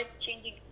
changing